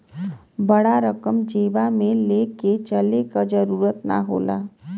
बड़ा रकम जेबा मे ले के चले क जरूरत ना होला